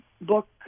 book